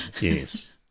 Yes